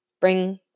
bring